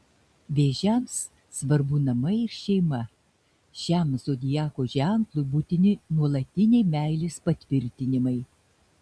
vėžiams svarbu namai ir šeima šiam zodiako ženklui būtini nuolatiniai meilės patvirtinimai